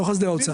לא לחסדי האוצר.